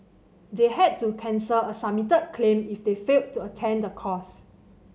they had to cancel a submitted claim if they failed to attend the course